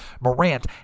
Morant